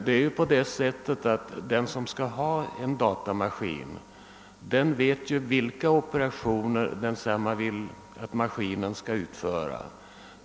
Den som skall ha en datamaskin vet vilka operationer han vill att maskinen skall utföra.